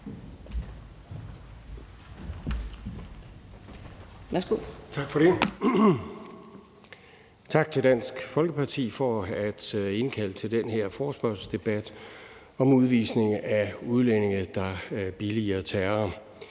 Tak til Dansk Folkeparti for at indkalde til den her forespørgselsdebat om udvisning af udlændinge, der billiger terror.